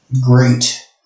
great